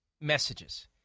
messages